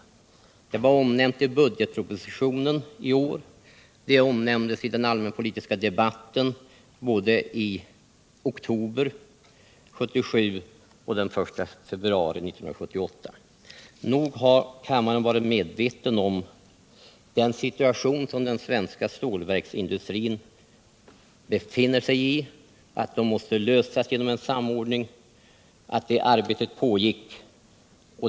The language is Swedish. Saken omnämndes i budgetpropositionen i år samt i den allmänpolitiska debatten både i oktober 1977 och den 10 februari 1978. Nog har kammaren varit medveten om den situation som den svenska stålverksindustrin befinner sig i, att produktionen måste lösas genom en samordning och att det arbetet pågick.